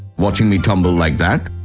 watching me tumble like that?